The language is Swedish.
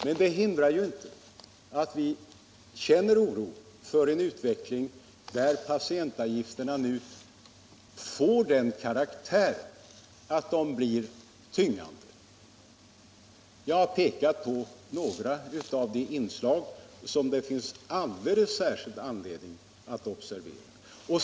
Men det hindrar inte att vi känner oro för en utveckling där patientavgifterna nu får den karaktären att de blir tyngande. Jag har pekat på några av de inslag som det finns alldeles särskild anledning att observera.